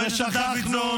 שיפסיק לשקר.